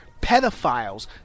pedophiles